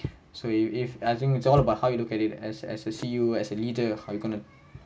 so if if I think it's all about how you look at it as as a C_E_O as a leader how you gonna